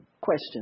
question